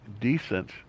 decent